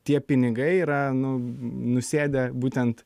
tie pinigai yra nu nusėdę būtent